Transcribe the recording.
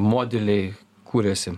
modeliai kūrėsi